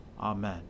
Amen